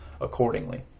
accordingly